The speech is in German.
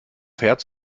herz